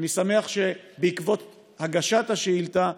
אני שמח שבעקבות הגשת השאילתה,